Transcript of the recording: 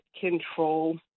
control